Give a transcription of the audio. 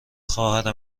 خواهر